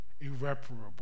irreparable